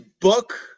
Book –